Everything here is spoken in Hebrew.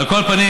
על כל פנים,